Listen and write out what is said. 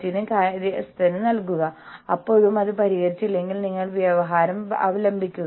അതിനാൽ ആളുകൾക്ക് ഒരുമിച്ചുകൂടാനും സംസാരിക്കാനും അവസരം ലഭിക്കില്ല